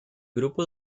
grupo